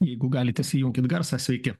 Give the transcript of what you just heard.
jeigu galit įsijunkit garsą sveiki